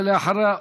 ואחריה,